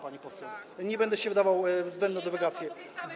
pani poseł, nie będę się wdawał w zbędne dywagacje.